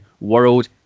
World